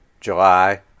July